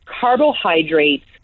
carbohydrates